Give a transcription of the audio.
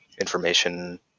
information